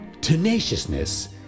tenaciousness